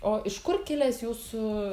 o iš kur kilęs jūsų